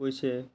पयशे